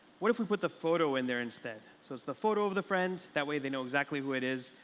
what if we put the photo in there instead? so it's the photo of the friend that way they know exactly who it is.